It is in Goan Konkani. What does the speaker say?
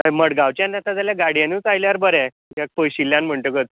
हय मडगांवच्यान येता जाल्या गाडयेनूच आयल्यार बरें कित्याक पयशिल्ल्यान म्हणटकत